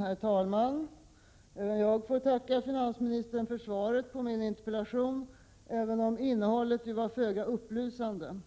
Herr talman! Jag får tacka finansministern för svaret på min interpellation, även om innehållet var föga upplysande.